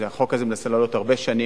החוק הזה מנסה לעלות הרבה שנים.